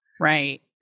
Right